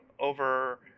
over